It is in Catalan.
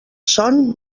son